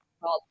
Called